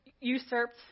usurped